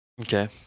Okay